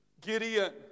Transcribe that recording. Gideon